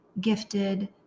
gifted